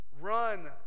run